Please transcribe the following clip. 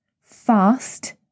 fast